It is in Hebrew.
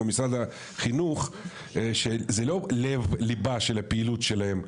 כמו משרד החינוך שזה לא לב ליבה של הפעילות שלהם,